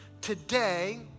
today